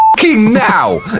now